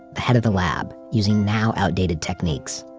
the head of the lab, using now outdated techniques,